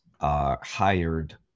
hired